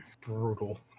brutal